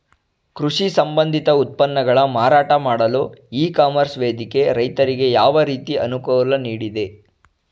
ಕೃಷಿ ಸಂಬಂಧಿತ ಉತ್ಪನ್ನಗಳ ಮಾರಾಟ ಮಾಡಲು ಇ ಕಾಮರ್ಸ್ ವೇದಿಕೆ ರೈತರಿಗೆ ಯಾವ ರೀತಿ ಅನುಕೂಲ ನೀಡಿದೆ?